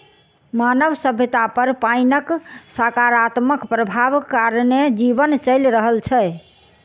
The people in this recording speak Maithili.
मानव सभ्यता पर पाइनक सकारात्मक प्रभाव कारणेँ जीवन चलि रहल छै